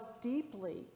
deeply